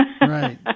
Right